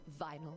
Vinyl